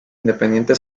independiente